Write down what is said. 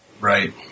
Right